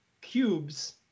cubes